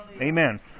Amen